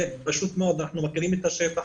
אנחנו מכירים את השטח.